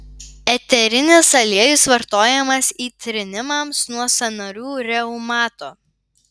eterinis aliejus vartojamas įtrynimams nuo sąnarių reumato